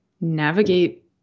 navigate